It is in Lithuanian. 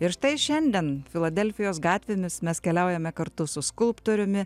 ir štai šiandien filadelfijos gatvėmis mes keliaujame kartu su skulptoriumi